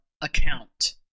account